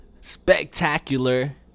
spectacular